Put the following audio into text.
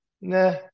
Nah